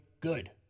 good